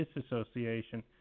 disassociation